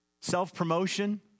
self-promotion